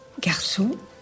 garçon